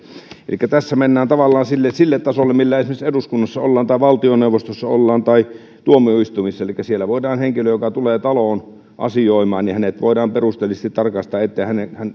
elikkä tässä mennään tavallaan sille sille tasolle millä esimerkiksi eduskunnassa ollaan tai valtioneuvostossa ollaan tai tuomioistuimissa elikkä siellä voidaan henkilö joka tulee taloon asioimaan perusteellisesti tarkastaa ettei hän